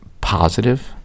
positive